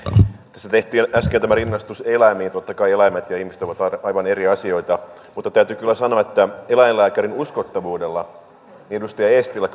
tässä tehtiin äsken tämä rinnastus eläimiin totta kai eläimet ja ihmiset ovat aivan eri asioita mutta täytyy kyllä sanoa että eläinlääkärin uskottavuudella edustaja eestilä